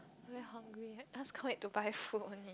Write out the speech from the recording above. it is very hungry let's go and buy food